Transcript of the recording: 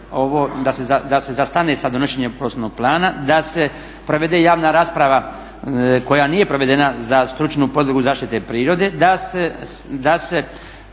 da se zastane sa donošenjem prostorno plana, da se provede javna rasprava koja nije provedena za stručnu podlogu zaštite prirode, da se